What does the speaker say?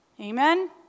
Amen